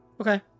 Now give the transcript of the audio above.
Okay